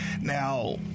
now